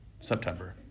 September